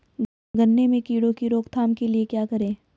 गन्ने में कीड़ों की रोक थाम के लिये क्या करें?